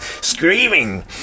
screaming